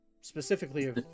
Specifically